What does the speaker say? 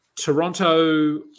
Toronto